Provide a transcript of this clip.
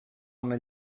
una